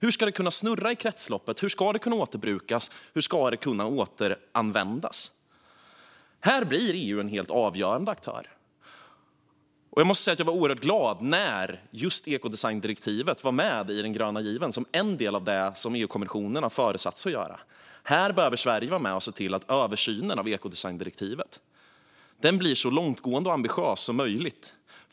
Hur ska det kunna snurra i kretsloppet? Hur ska det kunna återbrukas eller återanvändas? Här blir EU en helt avgörande aktör. Jag måste säga att jag var oerhört glad över att just ekodesigndirektivet var med i den gröna given, som en del av det som EU-kommissionen har föresatt sig att göra. Sverige behöver vara med och se till att översynen av ekodesigndirektivet blir så långtgående och ambitiös som möjligt.